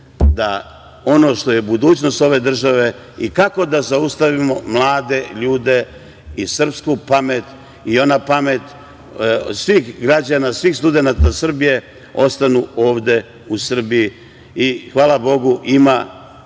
da ono što je budućnost ove države i kako da zaustavimo mlade ljude i srpsku pamet i onu pamet svih građana, svih studenata Srbije da ostanu ovde u Srbiji i hvala Bogu ima